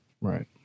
Right